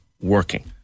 working